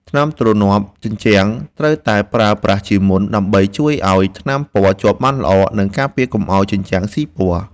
ថ្នាំទ្រនាប់ជញ្ជាំង ត្រូវតែប្រើប្រាស់ជាមុន ដើម្បីជួយឱ្យថ្នាំពណ៌ជាប់បានល្អ និងការពារកុំឱ្យជញ្ជាំងស៊ីពណ៌។